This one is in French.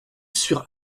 sur